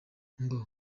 ngo